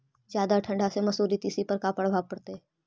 जादा ठंडा से मसुरी, तिसी पर का परभाव पड़तै?